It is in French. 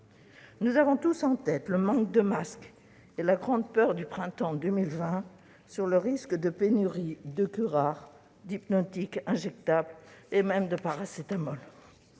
Nous avons tous en tête le manque de masques et la grande peur du printemps 2020 sur le risque de pénurie de curares, d'hypnotiques injectables et même de paracétamol.